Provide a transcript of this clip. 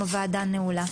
הישיבה נעולה.